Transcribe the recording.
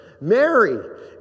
Mary